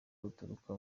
ruturuka